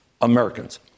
Americans